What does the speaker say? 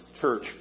church